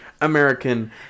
American